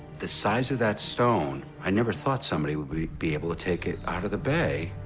the size of that stone, i never thought somebody would be be able to take it out of the bay.